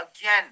again